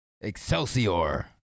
Excelsior